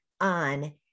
on